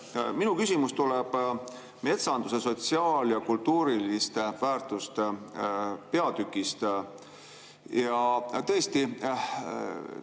Minu küsimus tuleb metsanduse sotsiaal- ja kultuuriliste väärtuste peatükist. Tõesti,